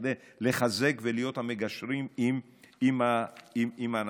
כדי לחזק ולהיות המגשרים עם האנשים.